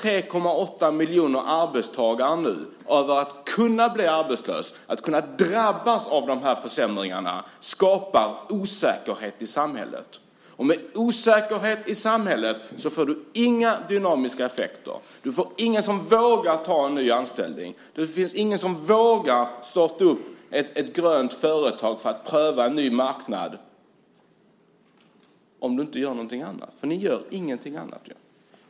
3,8 miljoner arbetstagare känner att de skulle kunna bli arbetslösa och drabbas av försämringarna. Det skapar osäkerhet i samhället, och med osäkerhet i samhället får du inga dynamiska effekter. Om du inte gör något annat vågar ingen ta en ny anställning eller starta ett grönt företag för att pröva en ny marknad. Ni gör ju ingenting annat.